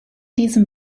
diesem